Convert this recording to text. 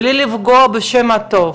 בלי לפגוע בשם הטוב,